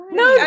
no